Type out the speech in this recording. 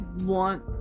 want